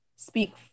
speak